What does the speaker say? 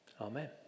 Amen